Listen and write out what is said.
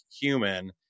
human